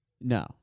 No